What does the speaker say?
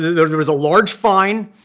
there was a large fine.